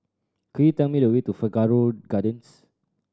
could you tell me the way to Figaro Gardens